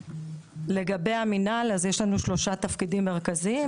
לגבי המנהל, יש לנו שלושה תפקידים עיקריים.